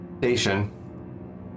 station